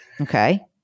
Okay